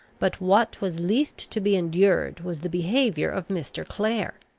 but what was least to be endured was the behaviour of mr. clare.